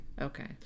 Okay